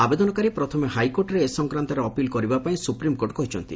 ଆବେଦନକାରୀ ପ୍ରଥମେ ହାଇକୋର୍ଟରେ ଏ ସଂକ୍ରାନ୍ଡରେ ଅପିଲ କରିବା ପାଇଁ ସ୍ଟପ୍ରିମକୋର୍ଟ କହିଛନ୍ତି